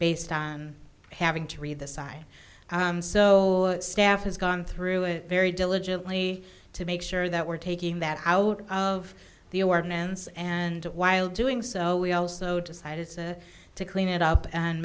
based on having to read the sign so staff has gone through it very diligently to make sure that we're taking that out of the ordinance and while doing so we also decided to clean it up and